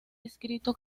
escrito